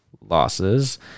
losses